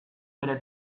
bere